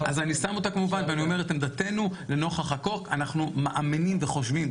אנחנו מאמינים וחושבים,